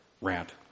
Rant